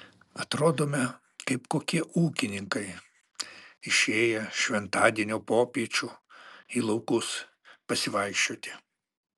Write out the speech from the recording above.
atrodome kaip kokie ūkininkai išėję šventadienio popiečiu į laukus pasivaikščioti